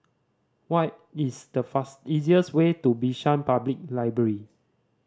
what is the easiest way to Bishan Public Library